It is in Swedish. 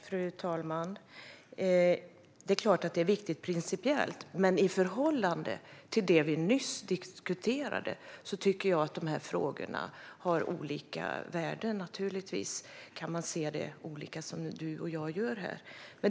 Fru talman! Det är klart att detta är viktigt principiellt, men i förhållande till det som vi nyss diskuterade tycker jag att dessa frågor har olika värden. Naturligtvis kan man se det olika, som du och jag gör, Fredrik Eriksson.